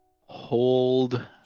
hold